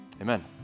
amen